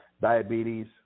diabetes